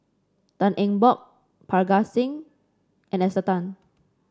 Tan Eng Bock Parga Singh and Esther Tan